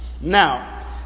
Now